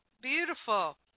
beautiful